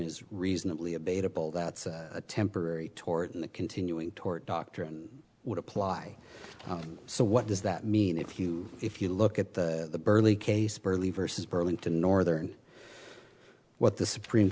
is reasonably a beta ball that's a temporary toward the continuing tort doctrine would apply so what does that mean if you if you look at the early case barely versus burlington northern what the supreme